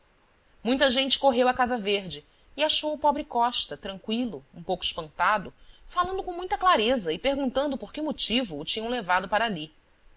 muita gente correu à casa verde e achou o pobre costa tranqüilo um pouco espantado falando com muita clareza e perguntando por que motivo o tinham levado para ali